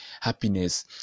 happiness